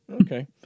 Okay